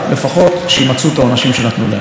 תודה לחבר הכנסת פורר.